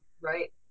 Right